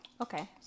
Okay